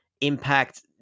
impact